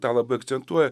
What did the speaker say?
tą labai akcentuoja